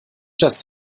das